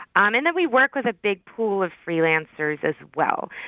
um and we work with a big pool of freelancers as well.